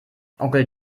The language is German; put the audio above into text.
onkel